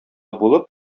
булып